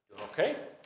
Okay